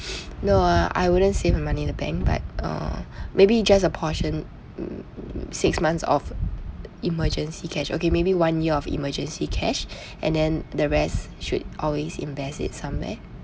no uh I wouldn't save the money in the bank but uh maybe just a portion mm six months of emergency cash okay maybe one year of emergency cash and then the rest should always invest it somewhere